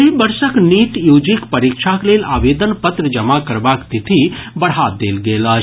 एहि वर्षक नीट यूजीक परीक्षाक लेल आवेदन पत्र जमा करबाक तिथि बढ़ा देल गेल अछि